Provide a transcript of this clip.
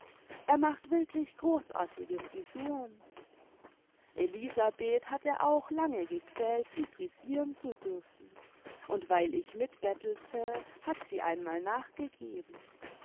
er macht wirklich großartige frisuren elisabeth hat er auch lange gequält sie frisieren zu dürfen und weil ich mitbettelte hat sie einmal nachgegeben